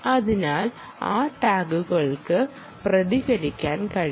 അതിനാൽ ആ ടാഗുകൾക്ക് പ്രതികരിക്കാൻ കഴിയും